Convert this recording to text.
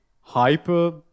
hyper